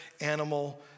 animal